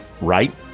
right